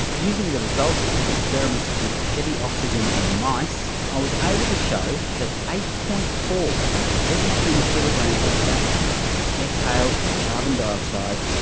using the results of his experiments with heavy oxygen in mice, i was able to show that eight. four out of every ten kilograms of fat is exhaled as carbon dioxide,